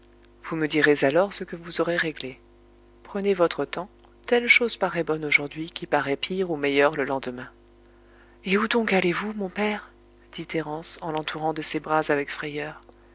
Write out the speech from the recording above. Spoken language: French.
vous me direz alors ce que vous aurez réglé prenez votre temps telle chose paraît bonne aujourd'hui qui paraît pire ou meilleure le lendemain et où donc allez-vous mon père dit thérence en l'entourant de ses bras avec frayeur